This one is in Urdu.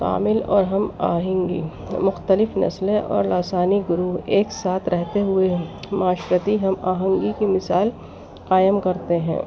کامل اور ہم آہنگی مختلف نسلیں اور لاسانی گروہ ایک ساتھ رہتے ہوئے معاشرتی ہم آہنگی کی مثال قائم کرتے ہیں